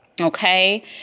Okay